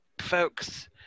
folks